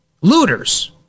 looters